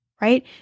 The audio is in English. right